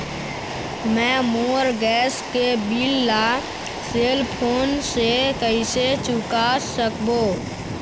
मैं मोर गैस के बिल ला सेल फोन से कइसे चुका सकबो?